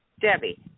Debbie